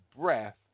breath